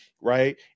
right